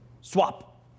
Swap